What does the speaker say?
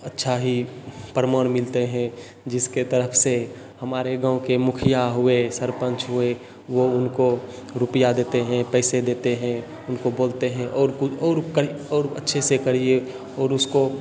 अच्छा ही प्रमाण मिलते हैं जिसके तरफ से हमारे गाँव के मुखिया हुए सरपंच हुए वो उनको रुपया देते हैं पैसे देते हैं उनको बोलते हैं और कु और करी और अच्छे से करिए और उसको